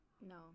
No